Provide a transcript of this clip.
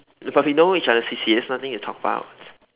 but but we know each other's C_C_A nothing to talk about